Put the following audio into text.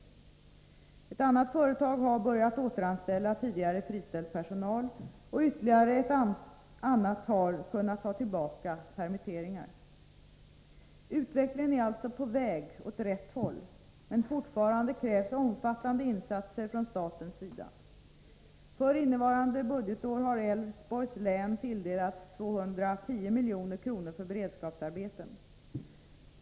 Ett annat företag har börjat återanställa tidigare friställd personal och ytterligare ett annat har kunnat ta tillbaka permitteringar. Utvecklingen är alltså på väg åt rätt håll, men fortfarande krävs omfattande insatser från statens sida. För innevarande budgetår har Älvsborgs län tilldelats 210 milj.kr. för beredskapsarbeten.